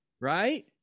Right